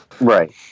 Right